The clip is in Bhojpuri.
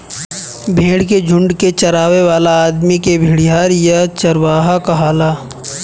भेड़ के झुंड के चरावे वाला आदमी के भेड़िहार या चरवाहा कहाला